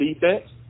defense